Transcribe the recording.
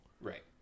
right